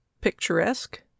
picturesque